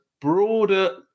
broader